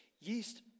Yeast